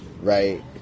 Right